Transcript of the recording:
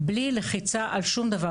בלי לחיצה על שום דבר,